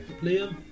Liam